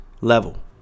level